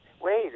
wait